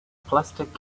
plastic